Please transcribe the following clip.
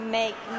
make